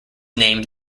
name